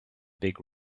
big